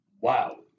wow